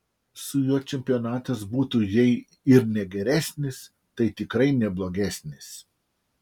su juo čempionatas būtų jei ir ne geresnis tai tikrai ne blogesnis